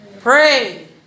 Pray